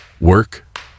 work